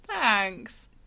thanks